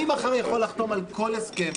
אני מחר יכול לחתום על כל הסכם,